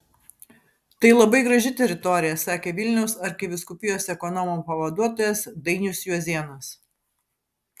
tai labai graži teritorija sakė vilniaus arkivyskupijos ekonomo pavaduotojas dainius juozėnas